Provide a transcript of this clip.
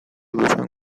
duzuen